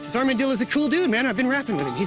so armadillo is a cool dude, man. i've been rapping with